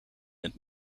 het